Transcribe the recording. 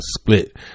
split